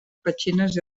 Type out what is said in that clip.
petxines